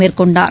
மேற்கொண்டார்